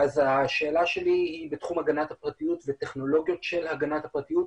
אז השאלה שלי היא בתחום הגנת הפרטיות וטכנולוגיות של הגנת הפרטיות,